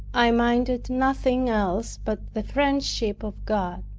i minded nothing else but the friendship of god.